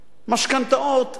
משכנתאות,